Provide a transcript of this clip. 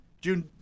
June